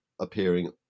appearing